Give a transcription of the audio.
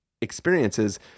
experiences